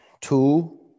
Two